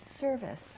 service